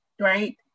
right